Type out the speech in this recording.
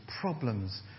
problems